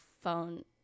phone